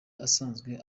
asanzwe